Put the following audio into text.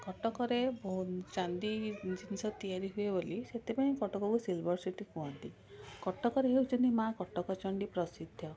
କଟକରେ ଚାନ୍ଦି ଜିନିଷ ତିଆରି ହୁଏ ବୋଲି ସେଥିପାଇଁ କଟକକୁ ସିଲଭର ସିଟି କୁହନ୍ତି କଟକରେ ହେଉଛନ୍ତି ମା' କଟକ ଚଣ୍ଡୀ ପ୍ରସିଦ୍ଧ